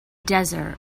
desert